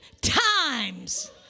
times